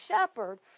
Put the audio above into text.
shepherd